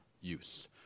use